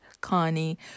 connie